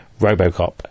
robocop